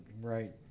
right